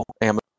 Amazon